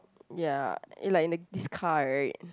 ya and like in the this car right